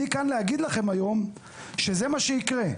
אני כאן כדי להגיד לכם היום שזה מה שיקרה,